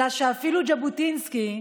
אלא שאפילו ז'בוטינסקי,